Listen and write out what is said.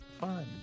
fun